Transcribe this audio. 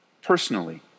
Personally